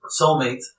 soulmate